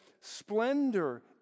Splendor